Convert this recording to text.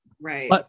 Right